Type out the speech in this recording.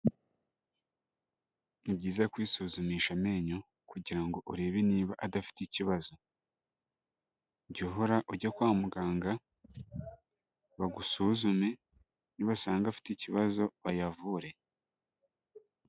Ni byiza kwisuzumisha amenyo kugira ngo urebe niba adafite ikibazo, jya uhora ujya kwa muganga, bagusuzume, nibasanga afite ikibazo bayavure.